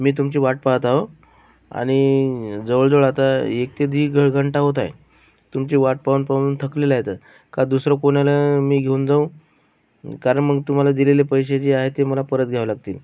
मी तुमची वाट पाहत आहो आणि जवळजवळ आता एक ते दीड घ घंटा होत आहे तुमची वाट पाहून पाहून थकलेलं आयतं का दुसरं पोनाला मी घेऊन जाऊ कारण मग तुम्हाला दिलेले पैसे जे आहे ते मला परत घ्यावे लागतील